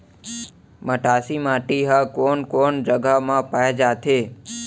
मटासी माटी हा कोन कोन जगह मा पाये जाथे?